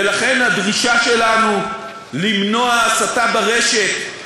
ולכן, הדרישה שלנו היא למנוע הסתה ברשת,